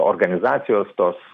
organizacijos tos